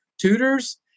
tutors